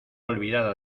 olvidada